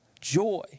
joy